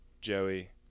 Joey